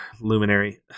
luminary